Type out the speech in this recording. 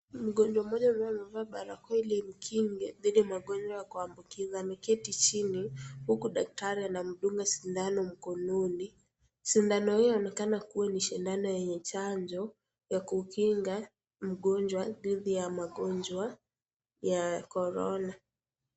Mgonjwa mmoja ambaye amevaa barakoa ili imkinge dhidi ya magonjwa ya kuambukiza ameketi chini huko daktari anamdunga sindano mkononi. Sindano hiyo inaonekana kuwa ni sidhano yenye chanjo ya kukinga mgonjwa dhidi ya magonjwa ya (CS)korona(CS).